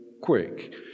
quick